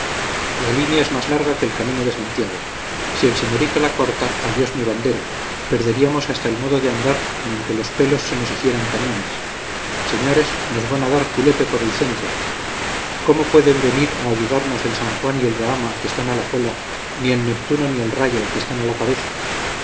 la línea es más larga que el camino de santiago si el señorito la corta adiós mi bandera perderíamos hasta el modo de andar manque los pelos se nos hicieran cañones señores nos van a dar julepe por el centro cómo pueden venir a ayudarnos el san juan y el bahama que están a la cola ni el neptuno ni el rayo que están a la cabeza